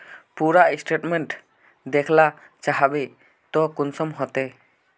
पूरा स्टेटमेंट देखला चाहबे तो कुंसम होते?